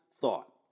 thought